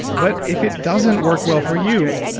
but if it doesn't work well for you,